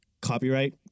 copyright